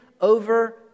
over